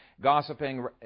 gossiping